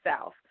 South